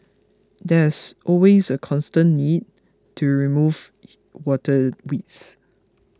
there's always a constant need to remove water weeds